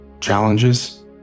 challenges